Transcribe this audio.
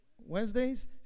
Wednesdays